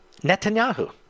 Netanyahu